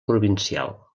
provincial